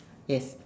yes